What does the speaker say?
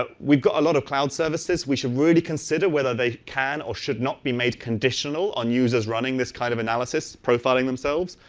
ah we've got a lot of cloud services we should really consider, whether they can or should not be made conditional on users running this kind of analysis, profiling themselves.